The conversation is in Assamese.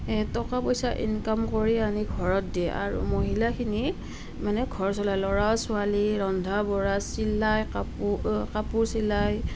টকা পইচা ইনকাম কৰি আনি ঘৰত দিয়ে আৰু মহিলাখিনি মানে ঘৰ চলাই ল'ৰা ছোৱালী ৰন্ধা বঢ়া চিলাই কাপোৰ কাপোৰ চিলাই